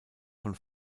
von